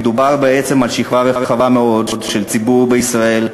מדובר בעצם על שכבה רחבה מאוד של אנשים בישראל,